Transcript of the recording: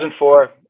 2004